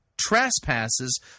trespasses